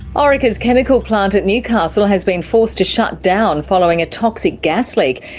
orica's chemical plant at newcastle has been forced to shut down, following a toxic gas leak.